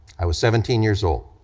i was seventeen years old,